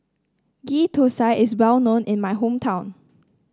Ghee Thosai is well known in my hometown